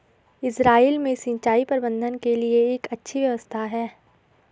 Israel में सिंचाई प्रबंधन के लिए एक अच्छी व्यवस्था है